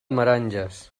meranges